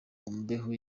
mbeho